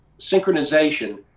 synchronization